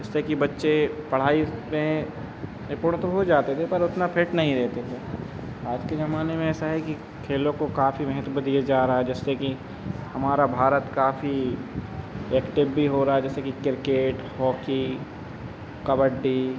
इससे कि बच्चे पढ़ाई में निपुण तो हो जाते थे पर उतना फिट नहीं रहेते थे आज के ज़माने में ऐसा है कि खेलों को काफ़ी महत्व दिया जा रहा है जिससे कि हमारा भारत काफ़ी एक्टिव भी हो रहा है जैसे कि क्रिकेट हॉकी कबड्डी